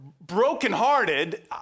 brokenhearted